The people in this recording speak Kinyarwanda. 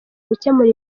gukemura